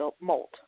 molt